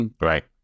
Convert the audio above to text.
Right